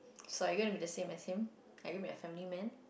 so are you gonna be the same as him are you gonna be the family man